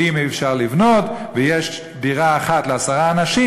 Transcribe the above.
ואם אי-אפשר לבנות ויש דירה אחת לעשרה אנשים,